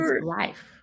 life